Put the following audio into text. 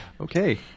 Okay